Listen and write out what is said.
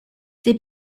they